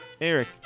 Eric